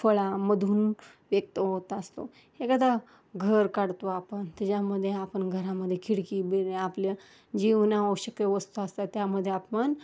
फळांमधून व्यक्त होत असतो एखादा घर काढतो आपण त्याच्यामध्ये आपण घरामध्ये खिडकी बि आपल्या जीवनावश्यक वस्तू असतात त्यामध्ये आपण